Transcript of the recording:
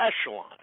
echelon